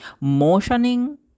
Motioning